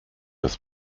ist